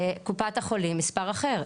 בקופת החולים מספר אחר.